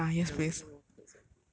which one which one more handsome